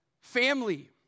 family